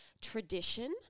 tradition –